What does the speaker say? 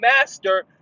master